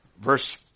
Verse